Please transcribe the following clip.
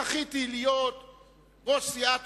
זכיתי להיות ראש סיעת